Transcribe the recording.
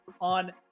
on